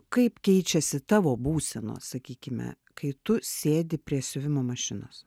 kaip keičiasi tavo būsenos sakykime kai tu sėdi prie siuvimo mašinos